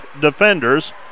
defenders